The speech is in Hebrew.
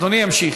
אדוני ימשיך.